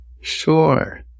Sure